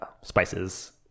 spices